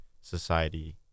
society